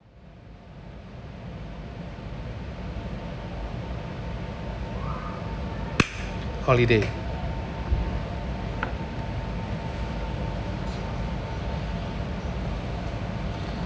holiday